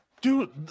dude